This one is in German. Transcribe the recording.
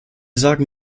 sagen